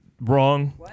Wrong